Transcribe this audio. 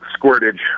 squirtage